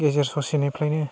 गेजेर ससेनिफ्रायनो